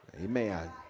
Amen